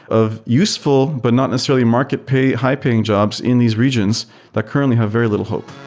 of useful, but not necessarily market pay high paying jobs in these regions that currently have very little hope.